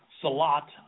salat